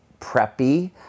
preppy